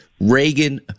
Reagan